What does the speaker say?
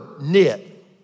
knit